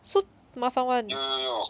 so 麻烦 [one]